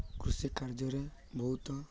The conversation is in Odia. କୃଷି କାର୍ଯ୍ୟରେ ବହୁତ